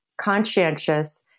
conscientious